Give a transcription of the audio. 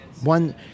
one